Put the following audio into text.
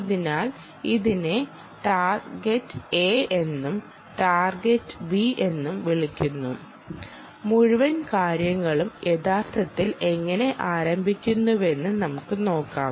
അതിനാൽ ഇതിനെ target A എന്നും ടാർഗെറ്റ് B എന്നും വിളിക്കുന്നു മുഴുവൻ കാര്യങ്ങളും യഥാർത്ഥത്തിൽ എങ്ങനെ ആരംഭിക്കുന്നുവെന്ന് നമുക്ക് നോക്കാം